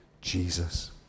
Jesus